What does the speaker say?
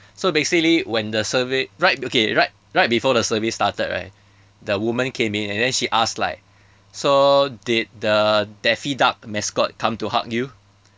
so basically when the survey right okay right right before the survey started right the woman came in and then she asked like so did the daffy duck mascot come to hug you